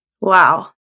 Wow